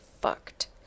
fucked